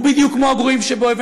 הוא בדיוק כמו הגרועים שבו.